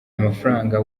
amafaranga